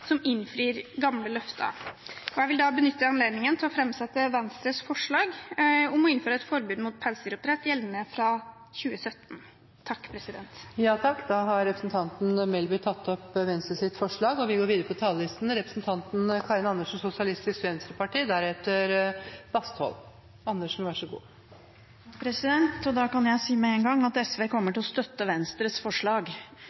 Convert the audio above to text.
som innfrir gamle løfter. Jeg vil benytte anledningen til å framsette Venstres forslag om å innføre et forbud mot pelsdyroppdrett gjeldende fra 2017. Representanten Guri Melby har tatt opp det forslaget hun refererte til. Da kan jeg si med en gang at SV kommer til å støtte Venstres forslag. Det er et godt forslag, og jeg slutter meg til hvert eneste ord som representanten Melby sa i sitt innlegg. Pelsdyrnæringen må avvikles. Vi vet nok til